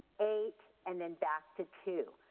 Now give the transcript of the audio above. eight and then back to two.